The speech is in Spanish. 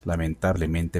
lamentablemente